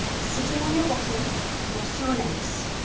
sitting on your bottoms cross your legs.